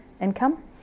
income